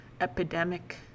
epidemic